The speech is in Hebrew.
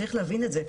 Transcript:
צריך להבין את זה,